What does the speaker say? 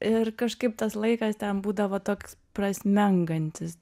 ir kažkaip tas laikas ten būdavo toks prasmengantis